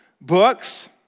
books